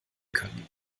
können